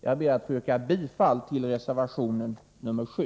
Jag ber att få yrka bifall till reservation nr 7.